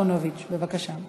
עמלק גם שמע, ובא להילחם